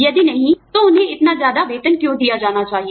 यदि नहीं तो उन्हें इतना ज्यादा वेतन क्यों दिया जाना चाहिए